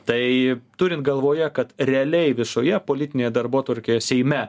tai turint galvoje kad realiai visoje politinėje darbotvarkėje seime